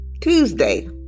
Tuesday